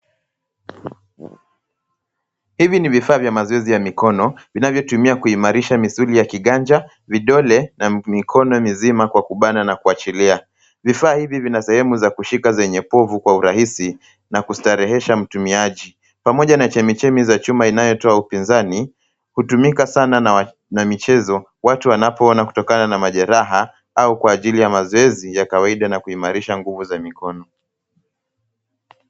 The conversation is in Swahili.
Hivi ni vifaa vya mazoezi ya mkono, vinavyo tumia kuimarisha misuri ya kiganja, vidole, na mikono mizima kwa kubana na kuachilia. Vifaa hivi vina sehemu za kushika zenye povu kwa urahisi na kustarehesha mtumiaji, pamoja na chemichemi za chuma inayotoa upinzani. Hutumika sana na michezo, watu wanapona kutokana na majeraha au kwa ajiri ya mazoezi ya kawaida na kuimarisha nguvu za mikono.